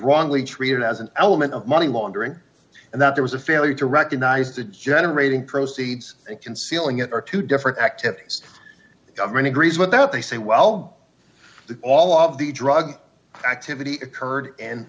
wrongly treated as an element of money laundering and that there was a failure to recognize the generating proceeds concealing it are two different activities government agrees with that they say well that all of the drug activity occurred in